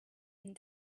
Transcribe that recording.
and